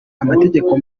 amategeko